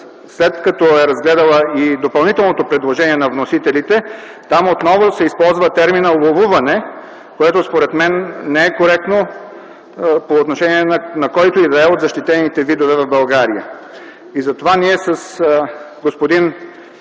след като е разгледала и допълнителното предложение на вносителите, там отново се използват терминът „ловуване”, което, според мен, не е коректно по отношение на който и да е от защитените видове в България.